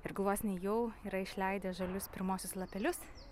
ir gluosniai jau yra išleidę žalius pirmuosius lapelius